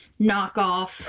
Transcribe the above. knockoff